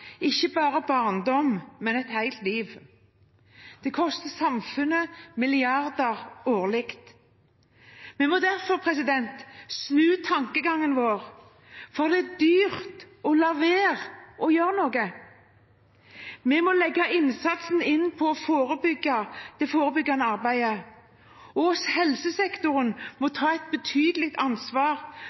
ikke bare barndom, men et helt liv. Det koster samfunnet milliarder årlig. Vi må derfor snu tankegangen vår, for det er dyrt å la være å gjøre noe. Vi må legge innsatsen inn på det forebyggende arbeidet, og helsesektoren må ta et betydelig ansvar